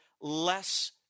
less